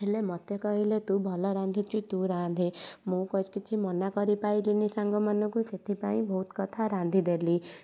ହେଲେ ମତେ କହିଲେ ତୁ ଭଲ ରାନ୍ଧୁଛୁ ତୁ ରାନ୍ଧେ ମୁଁ କ କିଛି ମନା କରିପାଇଲିନି ସାଙ୍ଗ ମାନଙ୍କୁ ସେଥିପାଇଁ ବହୁତ କଥା ରାନ୍ଧିଦେଲି